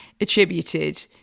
attributed